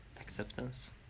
acceptance